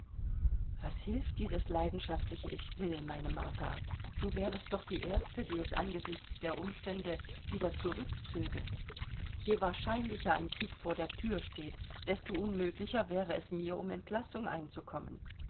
was hilft dieses leidenschaftliche ich will meine martha du wärest doch die erste die es angesichts der umstände wieder zurückzöge je wahrscheinlicher ein krieg vor der thür steht desto unmöglicher wäre es mir um entlassung einzukommen